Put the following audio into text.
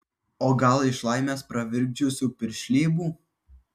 o gal iš laimės pravirkdžiusių piršlybų